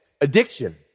addiction